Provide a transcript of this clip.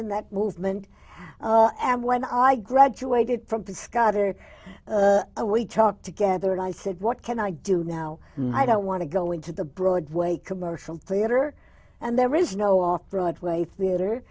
in that movement and when i graduated from the scattered a we talked together and i said what can i do now i don't want to go into the broadway commercial theater and there is no off broadway theat